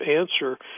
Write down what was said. answer